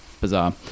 bizarre